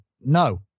no